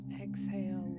exhale